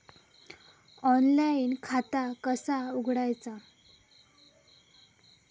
Online खाता कसा उघडायचा?